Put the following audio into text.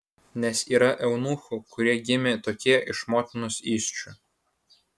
nes yra eunuchų kurie gimė tokie iš motinos įsčių